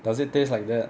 does it taste like that